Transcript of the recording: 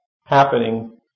happening